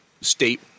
state